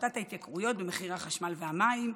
להפחתת ההתייקרויות במחירי החשמל והמים,